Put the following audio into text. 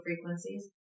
frequencies